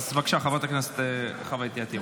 בבקשה חברת הכנסת חווה אתי עטייה,